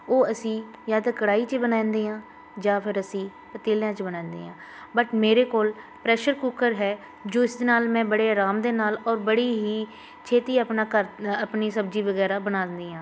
ਉਹ ਅਸੀਂ ਜਾਂ ਤਾਂ ਕੜਾਹੀ 'ਚ ਬਣਾਉਂਦੇ ਹਾਂ ਜਾਂ ਫਿਰ ਅਸੀਂ ਪਤੀਲਿਆਂ 'ਚ ਬਣਾਉਂਦੇ ਹਾਂ ਬਟ ਮੇਰੇ ਕੋਲ ਪ੍ਰੈਸ਼ਰ ਕੁੱਕਰ ਹੈ ਜੋ ਇਸਦੇ ਨਾਲ ਮੈਂ ਬੜੇ ਆਰਾਮ ਦੇ ਨਾਲ ਔਰ ਬੜੀ ਹੀ ਛੇਤੀ ਆਪਣਾ ਘਰ ਆਪਣੀ ਸਬਜ਼ੀ ਵਗੈਰਾ ਬਣਾਉਂਦੀ ਹਾਂ